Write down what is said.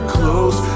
close